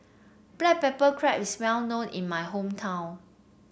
Black Pepper Crab is well known in my hometown